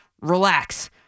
Relax